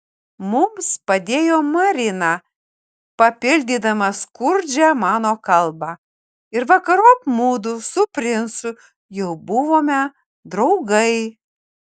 mums padėjo marina papildydama skurdžią mano kalbą ir vakarop mudu su princu jau buvome draugai